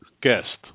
guest